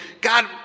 god